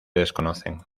desconocen